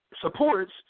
supports